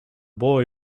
boy